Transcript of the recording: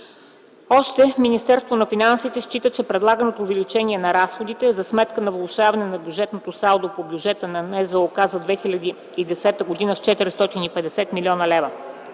Още Министерството на финансите счита, че предлаганото увеличение на разходите е за сметка на влошаване на бюджетното салдо по бюджета на НЗОК за 2010г. с 450 млн.лв.